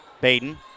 Baden